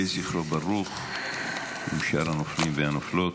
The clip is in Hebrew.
יהי זכרו ברוך, עם שאר הנופלים והנופלות.